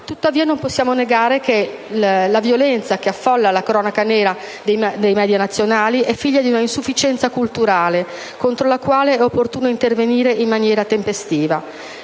Tuttavia, non possiamo negare che la violenza che affolla la cronaca nera dei *media* nazionali è figlia di una insufficienza culturale contro la quale è opportuno intervenire in maniera tempestiva.